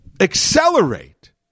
accelerate